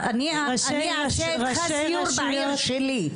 אני אעשה איתך סיור בעיר שלי.